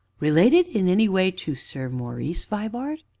related in any way to sir maurice vibart?